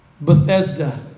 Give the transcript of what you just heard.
Bethesda